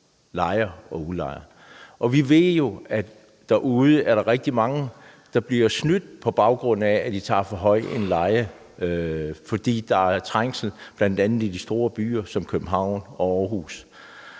lejer og udlejer havde lavet. Vi ved, at der er rigtig mange derude, der bliver snydt, på baggrund af at de betaler for høj en leje, fordi der er trængsel bl.a. i store byer som København og Aarhus.